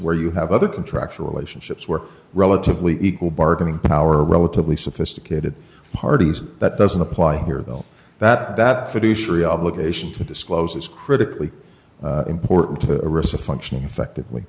where you have other contractual relationships where relatively equal bargaining power relatively sophisticated parties that doesn't apply here though that that fiduciary obligation to disclose is critically important to the rest of functioning effectively